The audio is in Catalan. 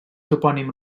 topònim